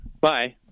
Bye